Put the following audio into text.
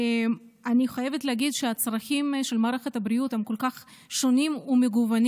אני חייבת להגיד שהצרכים של מערכת הבריאות הם כל כך שונים ומגוונים,